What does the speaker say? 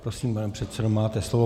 Prosím, pane předsedo, máte slovo.